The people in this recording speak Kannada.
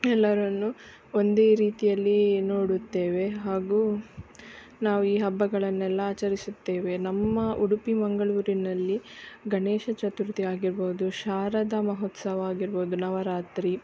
ಎಲ್ಲರನ್ನು ಒಂದೇ ರೀತಿಯಲ್ಲಿ ನೋಡುತ್ತೇವೆ ಹಾಗೂ ನಾವು ಈ ಹಬ್ಬಗಳನ್ನೆಲ್ಲ ಆಚರಿಸುತ್ತೇವೆ ನಮ್ಮ ಉಡುಪಿ ಮಂಗಳೂರಿನಲ್ಲಿ ಗಣೇಶ ಚತುರ್ಥಿ ಆಗಿರ್ಬೋದು ಶಾರದ ಮಹೋತ್ಸವ ಆಗಿರ್ಬೋದು ನವರಾತ್ರಿ